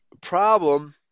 problem